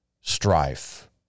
strife